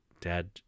dad